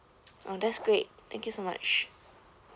oh that's great thank you so much